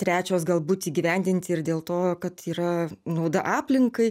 trečios galbūt įgyvendinti ir dėl to kad yra nauda aplinkai